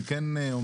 אני כן אומר,